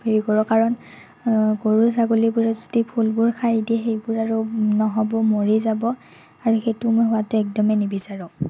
হেৰি কৰোঁ কাৰণ গৰু ছাগলীবোৰে যদি ফুলবোৰ খাই দিয়ে সেইবোৰ আৰু নহ'ব মৰি যাব আৰু সেইটো মই হোৱাতো একদমেই নিবিচাৰোঁ